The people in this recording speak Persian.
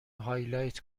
هایلایت